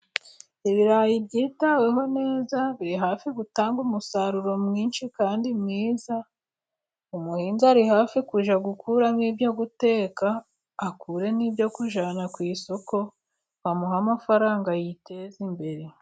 Ibirayi byitaweho neza, biri hafi gutanga umusaruro mwinshi kandi mwiza. Umuhinzi ari hafi kujya gukuramo ibyo guteka, akure n'ibyo kujyana ku isoko bamuhe amafaranga yiteze imbere.